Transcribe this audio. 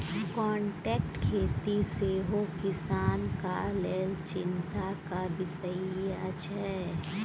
contract खेती सेहो किसानक लेल चिंताक बिषय छै